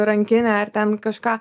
rankinę ar ten kažką